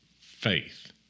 faith